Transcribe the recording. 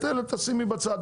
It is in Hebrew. את אלה תשימי בצד,